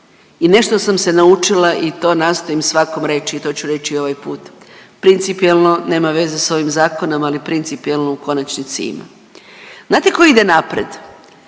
i nešto sam se naučila i to nastojim svakom reći i to ću reći i ovaj put, principijelno nema veze sa ovim zakonom, ali principijelno u konačnici ima. Znate ko ide naprijed?